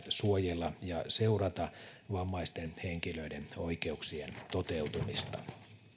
suojella ja seurata vammaisten henkilöiden oikeuksien toteutumista